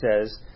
says